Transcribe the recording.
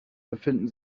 befinden